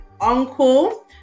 Uncle